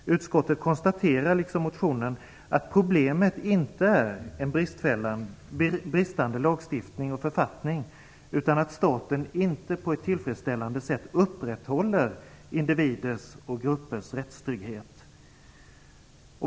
Utskottet konstaterar, liksom motionen, att problemet inte är en bristande lagstiftning och författning, utan att staten inte på ett tillfredsställande sätt upprätthåller individers och gruppers rättstrygghet.